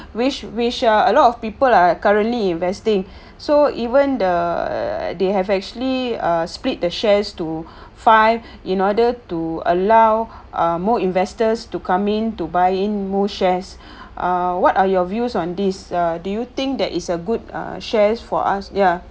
which which ah a lot of people are currently investing so even err they have actually uh split the shares to five in order to allow uh more investors to come in to buy in more shares ah what are your views on this err do you think that is a good err shares for us ya